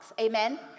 Amen